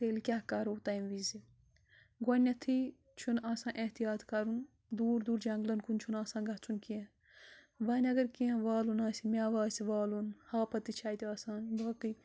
تیٚلہِ کیٛاہ کَرو تَمہِ وِزِ گۄڈنٮ۪تھٕے چھُنہٕ آسان احتِیاط کَرُن دوٗر دوٗر جنٛگلَن کُن چھُنہٕ آسان گژھُن کیٚنٛہہ ونۍ اگر کیٚنٛہہ والُن آسہِ مٮ۪وٕ آسہِ والُن ہاپَت تہِ چھِ اَتہِ آسان باقٕے